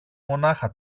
μονάχα